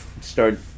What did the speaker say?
start